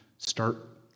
start